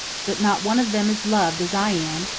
but not one of them is loved as i am,